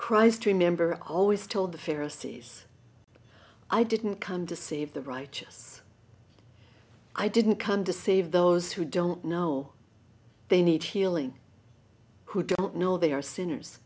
christ remember i always told the pharaoh says i didn't come to save the righteous i didn't come to save those who don't know they need healing who don't know they are sinners